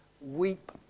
Weep